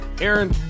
Aaron